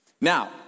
Now